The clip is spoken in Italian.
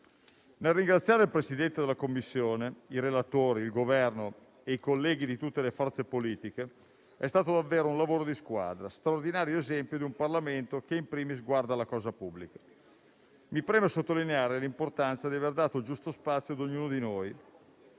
Nel ringraziare il Presidente della Commissione, i relatori, il Governo e i colleghi di tutte le forze politiche, rilevo che è stato davvero un lavoro di squadra, straordinario esempio di un Parlamento che, *in primis*, guarda alla cosa pubblica. Mi preme sottolineare l'importanza di aver dato il giusto spazio ad ognuno di noi,